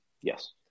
Yes